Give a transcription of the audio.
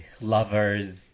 Lovers